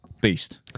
beast